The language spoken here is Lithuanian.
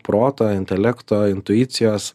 proto intelekto intuicijos